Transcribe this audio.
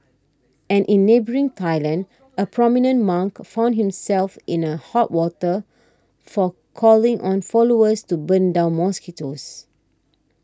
and in neighbouring Thailand a prominent monk found himself in a hot water for calling on followers to burn down mosquitoes